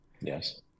Yes